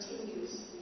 continues